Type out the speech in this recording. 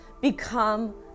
become